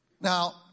Now